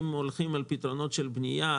אם הולכים על פתרונות של בנייה,